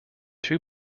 two